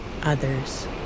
others